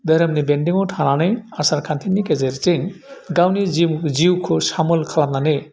धोरोमनि बेन्दोंआव थानानै आसारखान्थिनि गेजेरजों गावनि जिउ जिउखौ सामोल खालामनानै